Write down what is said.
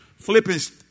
Philippians